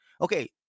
Okay